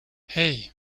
hey